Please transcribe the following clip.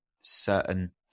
certain